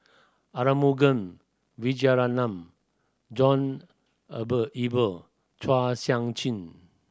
Arumugam Vijiaratnam John Eber Chua Sian Chin